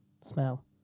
Smell